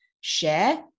share